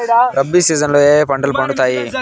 rabi season లో ఏ ఏ పంటలు పండుతాయి